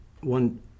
one